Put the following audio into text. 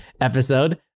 episode